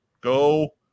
Go